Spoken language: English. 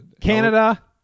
Canada